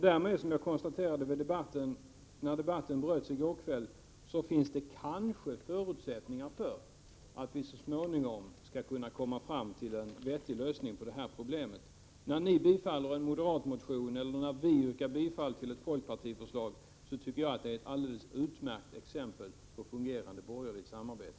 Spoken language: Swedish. Därmed finns det kanske, som jag konstaterade när debatten bröts i går kväll, förutsättningar för att vi så småningom skall kunna komma fram till en vettig lösning på detta problem. När ni yrkar bifall till en moderat motion eller när vi yrkar bifall till ett folkpartiförslag, tycker jag att det är ett utmärkt exempel på fungerande borgerligt samarbete.